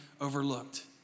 overlooked